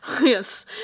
yes